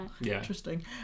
interesting